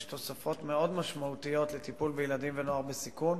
יש תוספות מאוד משמעותיות לטיפול בילדים ונוער בסיכון,